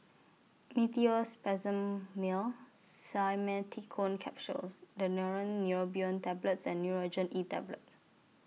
Meteospasmyl Simeticone Capsules Daneuron Neurobion Tablets and Nurogen E Tablet